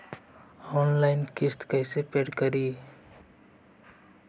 Online किस्त कैसे paid करि?